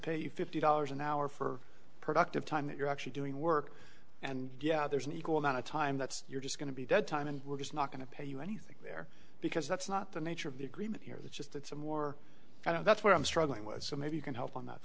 pay you fifty dollars an hour for productive time that you're actually doing work and yeah there's an equal amount of time that's you're just going to be dead time and we're just not going to pay you anything there because that's not the nature of the agreement here it's just it's a more kind of that's what i'm struggling with so maybe you can help on that